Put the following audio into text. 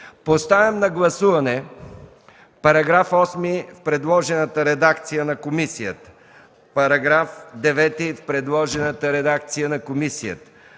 Поставям на гласуване § 8 в предложената редакция на комисията; § 9 – в предложената редакция на комисията;